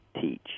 teach